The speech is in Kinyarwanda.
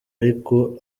ariko